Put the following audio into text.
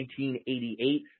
1988